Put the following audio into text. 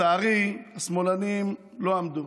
לצערי השמאלנים לא עמדו.